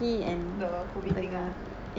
oh cause the COVID thing uh